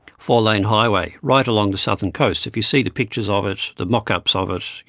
four-lane highway, right along the southern coast. if you see the pictures of it, the mock-ups ah of of it,